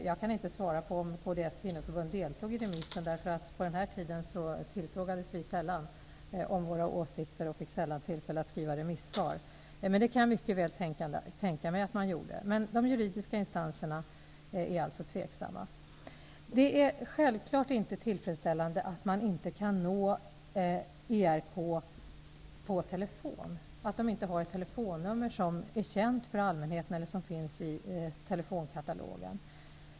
Jag kan inte svara på frågan om kds kvinnoförbund deltog i remissomgången. Vid den aktuella tiden tillfrågades man där sällan om sina åsikter och fick sällan tillfälle att skriva remissvar. Jag kan ändå mycket väl tänka mig att man gjorde det. De juridiska instanserna är dock tveksamma. Det är självklart inte tillfredsställande att ERK inte kan nås på telefon, dvs. att ERK inte har ett telefonnummer som är känt för allmänheten och som finns i telefonkatalogen.